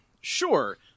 Sure